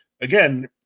Again